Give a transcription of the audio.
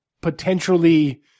potentially